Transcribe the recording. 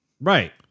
Right